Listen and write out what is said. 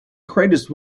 greatest